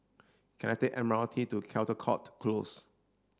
can I take the M R T to Caldecott Close